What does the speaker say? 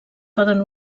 poden